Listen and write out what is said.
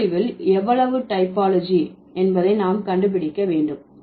சொற்பொழிவில் எவ்வளவு டைபாலஜி என்பதை நாம் கண்டுபிடிக்க வேண்டும்